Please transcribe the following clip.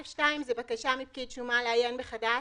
130(יא)(2) זאת בקשה מפקיד שומה לעיין מחדש